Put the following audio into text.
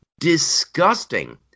disgusting